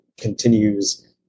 continues